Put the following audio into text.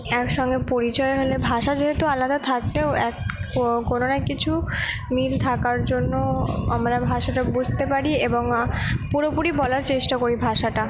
এক সঙ্গে পরিচয় হলে ভাষা যেহেতু আলাদা থাকতেও এক কোনো না কিছু মিল থাকার জন্য আমরা ভাষাটা বুঝতে পারি এবং পুরোপুরি বলার চেষ্টা করি ভাষাটা